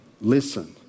listen